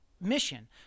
mission